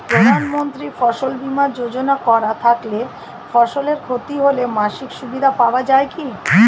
প্রধানমন্ত্রী ফসল বীমা যোজনা করা থাকলে ফসলের ক্ষতি হলে মাসিক সুবিধা পাওয়া য়ায় কি?